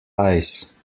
ice